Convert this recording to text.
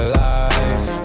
life